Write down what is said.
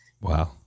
Wow